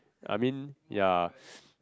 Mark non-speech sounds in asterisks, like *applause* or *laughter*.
I mean ya *noise*